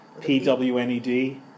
P-W-N-E-D